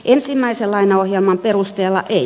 ensimmäisen lainaohjelman perusteella ei